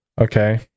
Okay